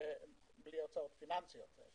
הוצאות פיננסיות.